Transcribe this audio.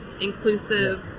inclusive